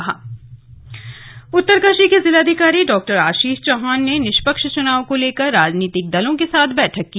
slug चुनाव उत्तरकाशी उत्तरकाशी के जिलाधिकारी डॉ आशीष चौहान ने निष्पक्ष चुनाव को लेकर राजनीतिक दलों के साथ बैठक की